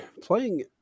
playing